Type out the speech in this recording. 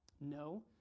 No